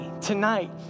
tonight